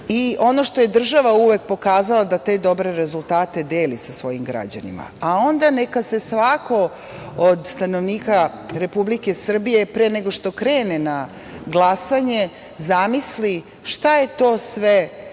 i ono što je država pokazala da te dobre rezultate deli sa svojim građanima, a onda neka se svako od stanovnika Republike Srbije pre nego što krene na glasanje zamisli šta je to sve